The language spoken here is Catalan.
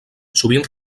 sovint